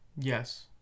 Yes